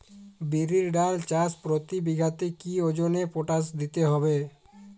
বিরির ডাল চাষ প্রতি বিঘাতে কি ওজনে পটাশ দিতে হবে?